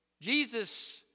Jesus